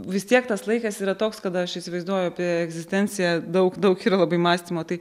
vis tiek tas laikas yra toks kada aš įsivaizduoju apie egzistenciją daug daug yra labai mąstymo tai